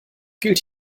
gilt